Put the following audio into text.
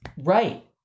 Right